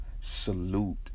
salute